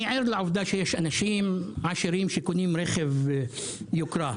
אני ער לעובדה שיש אנשים עשירים שקונים רכבי יוקרה.